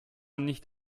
nicht